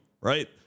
right